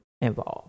involved